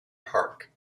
park